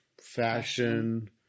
fashion